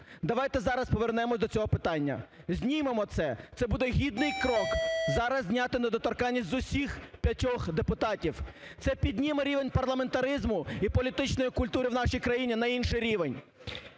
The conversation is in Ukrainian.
давайте зараз повернемося до цього питання, знімемо це. Це буде гідний крок – зараз зняти недоторканність з усіх п'ятьох депутатів, це підніме рівень парламентаризму і політичної культури в нашій країні на інший рівень.